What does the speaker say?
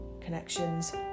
Connections